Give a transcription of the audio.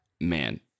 Man